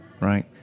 right